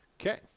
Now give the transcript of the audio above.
Okay